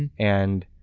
and and